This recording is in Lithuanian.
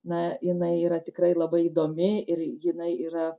na jinai yra tikrai labai įdomi ir jinai yra